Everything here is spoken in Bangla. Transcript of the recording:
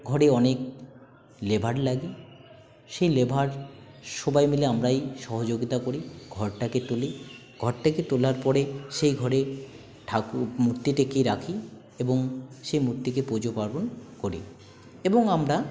ঘরে অনেক লেবার লাগে সেই লেবার সবাই মিলে আমরাই সহযোগিতা করি ঘরটাকে তুলি ঘরটাকে তোলার পরে সেই ঘরে ঠাকুর মূর্তিটিকে রাখি এবং সেই মূর্তিকে পুজো পার্বণ করি এবং আমরা